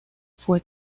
fue